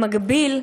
במקביל,